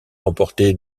remporté